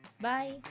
bye